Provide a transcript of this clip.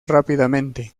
rápidamente